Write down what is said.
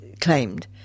claimed